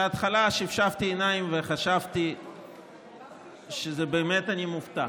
בהתחלה שפשפתי את העיניים וחשבתי שאני באמת מופתע.